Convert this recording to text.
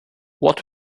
what